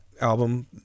album